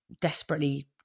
desperately